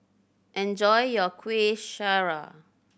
enjoy your Kuih Syara